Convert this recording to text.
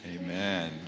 Amen